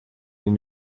and